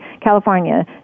California